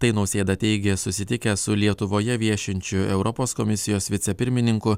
tai nausėda teigė susitikęs su lietuvoje viešinčiu europos komisijos vicepirmininku